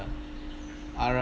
other